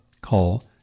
call